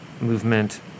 movement